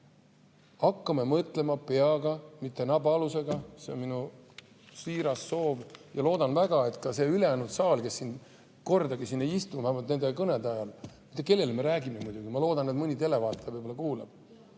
Hakkame mõtlema peaga, mitte nabaalusega. See on minu siiras soov. Ja loodan väga, et ka see ülejäänud saal, kes kordagi siin ei istu, vähemalt nende kõnede ajal … Ma ei tea, kellele me räägime seda. Muidugi ma loodan, et mõni televaataja kuulab.